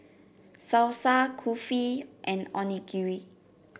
Salsa Kulfi and Onigiri